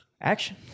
Action